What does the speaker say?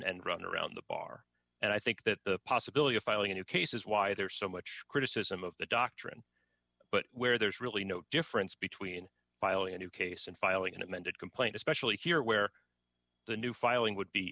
end run around the bar and i think that the possibility of filing a new case is why there's so much criticism of the doctrine but where there's really no difference between filing a new case and filing an amended complaint especially here where the new filing would be